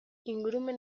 ingurumen